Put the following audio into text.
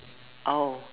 oh